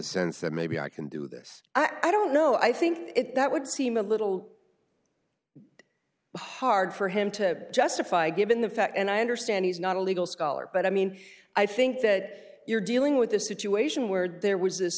sense that maybe i can do this i don't know i think that would seem a little hard for him to justify given the fact and i understand he's not a legal scholar but i mean i think that you're dealing with the situation word there was this